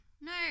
No